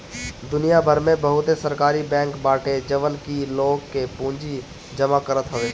दुनिया भर में बहुते सहकारी बैंक बाटे जवन की लोग के पूंजी जमा करत हवे